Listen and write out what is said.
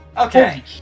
Okay